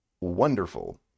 Wonderful